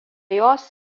jos